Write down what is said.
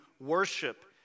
worship